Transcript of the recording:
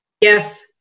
Yes